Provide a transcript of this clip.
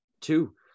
Two